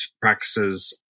practices